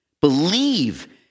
believe